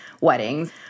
weddings